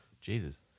Jesus